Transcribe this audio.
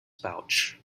pouch